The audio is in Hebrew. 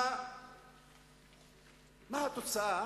מה התוצאה